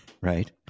right